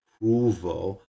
approval